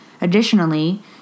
Additionally